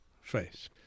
face